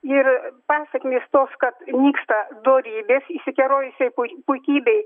ir pasekmės tos kad nyksta dorybės išsikerojusioj puikybėj